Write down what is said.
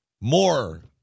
more